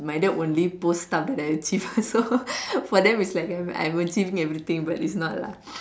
my dad will leave posts up that I achieve also for them it's like I'm achieving everything but it's not lah